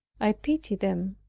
i pity them.